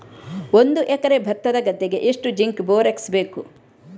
ಒಂದು ಎಕರೆ ಭತ್ತದ ಗದ್ದೆಗೆ ಎಷ್ಟು ಜಿಂಕ್ ಬೋರೆಕ್ಸ್ ಬೇಕು?